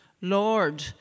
Lord